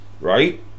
right